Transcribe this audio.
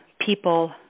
people